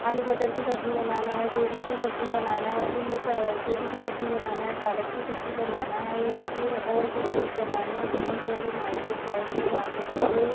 आलू मटर की सब्ज़ी बनाना है गोभी की सब्ज़ी बनाना है तो यह गोभी की सब्ज़ी बनाना है पालक की सब्ज़ी बनाना है या फिर और कोई चीज़ बनाना है तो हम पहले मार्केट जाएंगे मार्केट से वह